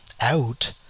out